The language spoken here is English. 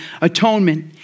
atonement